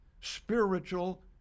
spiritual